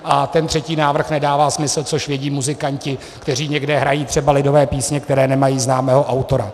A ten třetí návrh nedává smysl, což vědí muzikanti, kteří někde hrají třeba lidové písně, které nemají známého autora.